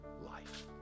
life